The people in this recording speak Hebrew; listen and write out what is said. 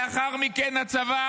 לאחר מכן הצבא